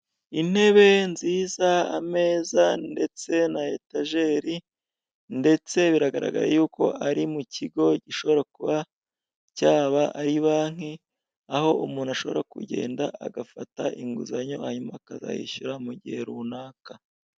Intebe nziza, ameza ndetse na etajeri ndetse biragaragara yuko ari mu kigo gishobora kuba cyaba ari banki aho umuntu ashobora kugenda agafata inguzanyo hanyuma akazayishyura mu gihe runaka.